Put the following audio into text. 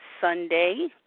Sunday